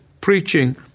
preaching